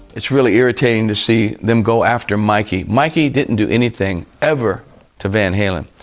it's really irritating to see them go after mikey. mikey didn't do anything ever to van halen.